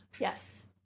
Yes